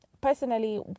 personally